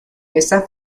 esta